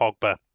Pogba